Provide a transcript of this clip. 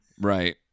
Right